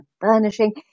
burnishing